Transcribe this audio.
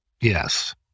Yes